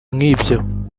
nkibyo